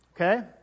Okay